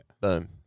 Boom